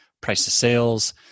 price-to-sales